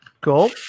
Cool